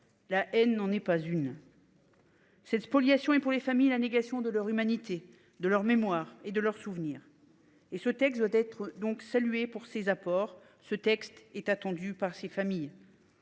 Là elle n'en est pas une. Cette spoliation et pour les familles, la négation de leur humanité, de leur mémoire et de leurs souvenirs et ce texte doit être donc salué pour ses apports, ce texte est attendue par ces familles.